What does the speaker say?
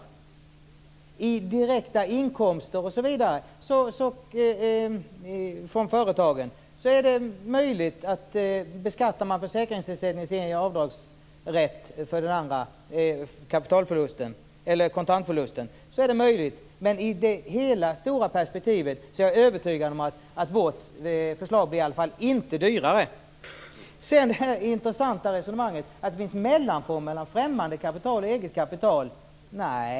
När det gäller direkta inkomster från företagen är det ju så att om man beskattar försäkringsersättningen ger den ju avdragsrätt för den andra kontantförlusten, och då är detta möjligt. Men i det hela stora perspektivet är jag övertygad om att vårt förslag i alla fall inte blir dyrare. Sedan har vi det intressanta resonemanget att det finns mellanformer mellan främmande kapital och eget kapital.